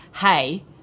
hey